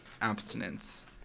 abstinence